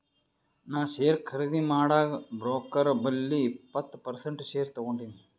ನಾ ಶೇರ್ ಖರ್ದಿ ಮಾಡಾಗ್ ಬ್ರೋಕರ್ ಬಲ್ಲಿ ಇಪ್ಪತ್ ಪರ್ಸೆಂಟ್ ಶೇರ್ ತಗೊಂಡಿನಿ